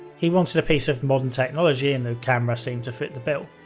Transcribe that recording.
he wanted a piece of modern technology and the camera seemed to fit the bill.